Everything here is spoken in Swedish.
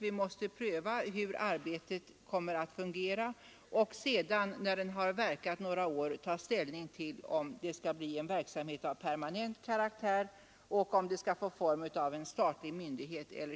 Vi måste pröva hur arbetet kommer att fungera och sedan efter några år ta ställning till om verksamheten skall få permanent karaktär och formen av en statlig myndighet.